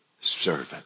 servant